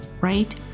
Right